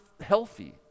healthy